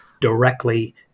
directly